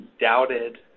doubted